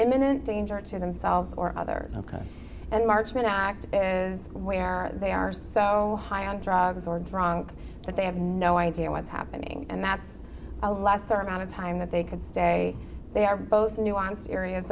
imminent danger to themselves or others and marchment act is where they are so high on drugs or drunk that they have no idea what's happening and that's a lesser amount of time that they could say they are both nuanced areas